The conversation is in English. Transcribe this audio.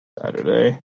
Saturday